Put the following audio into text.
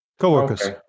co-workers